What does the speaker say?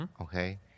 okay